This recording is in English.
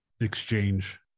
exchange